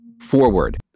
Forward